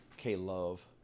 K-Love